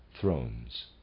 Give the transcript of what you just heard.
thrones